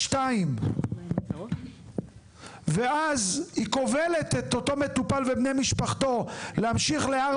2. ואז היא כובלת את אותו מטופל ובני משפחתו להמשיך ל-4,